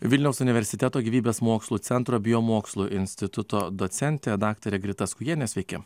vilniaus universiteto gyvybės mokslų centro biomokslų instituto docentė daktarė grita skujienė sveiki